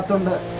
on the